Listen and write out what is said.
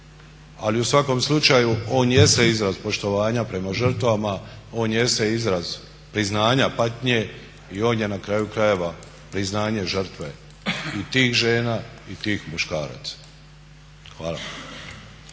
ali u svakom slučaju on jeste izraz poštovanja prema žrtvama, on jeste izraz priznanja, patnje i on je na kraju krajeva priznanje žrtve i tih žena i tih muškaraca. Hvala.